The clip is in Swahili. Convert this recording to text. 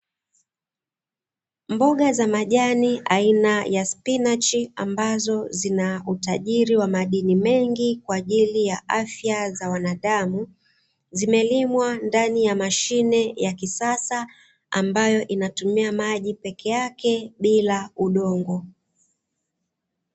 Mboga za majani aina ya spinachi ambazo zina utajiri wa madini mengi, kwa ajili ya fya za wanadamu, zimelimwa ndani ya mashine ya kisasa, ambayo inatumia maji peke yake bila udongo.